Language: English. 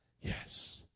Yes